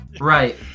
Right